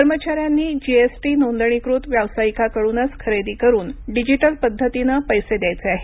कर्मचाऱ्यांनी जीएसटी नोंदणीकृत व्यावसायिकाकडूनच खरेदी करून डिजिटल पद्धतीनं पैसे द्यायचे आहेत